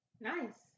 Nice